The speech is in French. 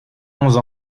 onze